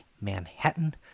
Manhattan